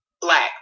Black